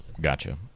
Gotcha